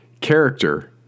character